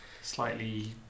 slightly